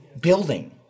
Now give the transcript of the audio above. building